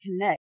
connect